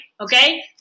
Okay